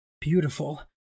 Beautiful